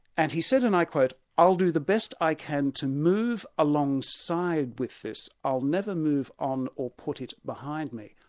and he said and i quote, i'll do the best i can to move alongside with this. i'll never move on or put it behind me.